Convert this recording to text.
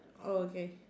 oh okay